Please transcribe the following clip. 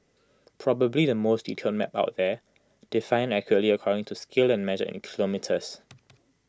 probably the most detailed map out there defined accurately according to scale and measured in kilometres